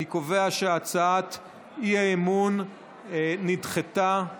אני קובע שהצעת האי-אמון נדחתה.